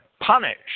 punish